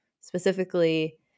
specifically